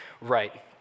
right